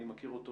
אני מכיר אותו